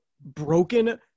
broken